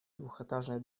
двухэтажной